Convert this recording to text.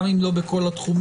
גם אם לא בכל התחומים